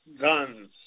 guns